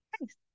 Nice